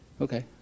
Okay